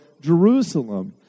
Jerusalem